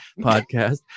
podcast